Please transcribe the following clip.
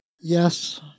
Yes